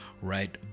right